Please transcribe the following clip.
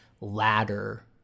ladder